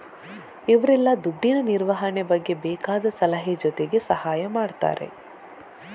ಇವ್ರೆಲ್ಲ ದುಡ್ಡಿನ ನಿರ್ವಹಣೆ ಬಗ್ಗೆ ಬೇಕಾದ ಸಲಹೆ ಜೊತೆಗೆ ಸಹಾಯ ಮಾಡ್ತಾರೆ